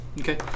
Okay